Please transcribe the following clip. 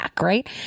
right